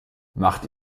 macht